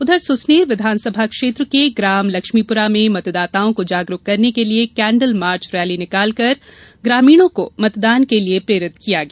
उधर सुसनेर विधानसभा क्षैत्र के ग्राम लक्ष्मीपुरा में मतदाताओं को जागरूक करने के लिये केंडल मार्च रैली निकालकर ग्रामीणों को मतदान के लिये प्रेरित किया गया